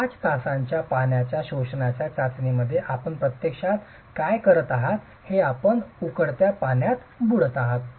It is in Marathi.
5 तासाच्या पाण्याच्या शोषणाच्या चाचणीमध्ये आपण प्रत्यक्षात काय करत आहात हे आपण उकळत्या पाण्यात बुडत आहात